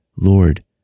Lord